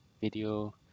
video